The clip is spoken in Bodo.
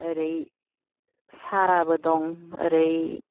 ओरै साराबो दं ओरै